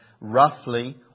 roughly